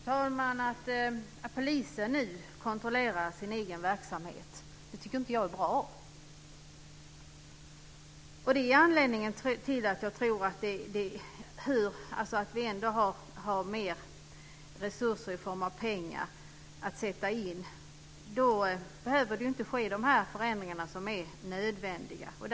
Fru talman! Att polisen nu kontrollerar sin egen verksamhet tycker jag inte är bra. Det är anledningen till att jag tror att vi ändå har mer resurser i form av pengar att sätta in. Då behöver ju inte de här förändringarna som är nödvändiga ske.